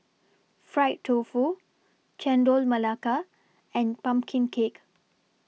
Fried Tofu Chendol Melaka and Pumpkin Cake